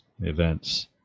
events